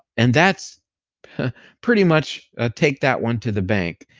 and that's pretty much take that one to the bank.